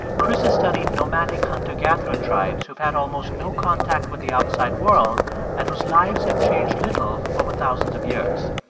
chris has studied nomadic hunter-gatherer tribes who've had almost no contact with the outside world and whose lives have changed little over thousands of years.